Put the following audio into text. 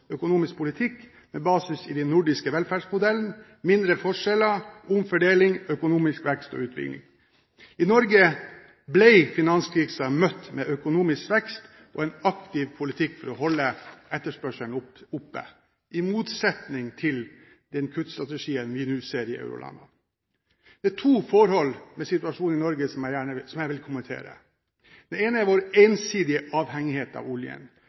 økonomisk politikk med basis i den nordiske velferdsmodellen, mindre forskjeller, omfordeling, økonomisk vekst og utvikling. I Norge ble finanskrisen møtt med økonomisk vekst og en aktiv politikk for å holde etterspørselen oppe, i motsetning til den kuttstrategien vi nå ser i eurolandene. Det er to forhold ved situasjonen i Norge som jeg vil kommentere. Det ene er vår ensidige avhengighet av oljen.